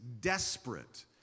desperate